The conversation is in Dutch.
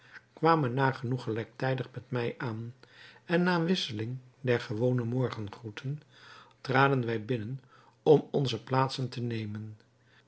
kwamen nagenoeg gelijktijdig met mij aan en na wisseling der gewone morgengroete traden wij binnen om onze plaatsen te nemen